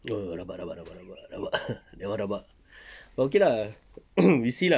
!duh! rabak rabak rabak rabak rabak that one rabak but okay lah we see lah